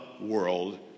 world